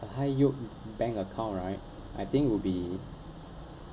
a high yield bank account right I think would be